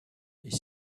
est